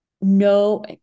no